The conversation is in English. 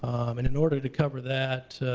and in order to cover that,